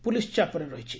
police ଚାପରେ ରହିଛି